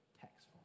text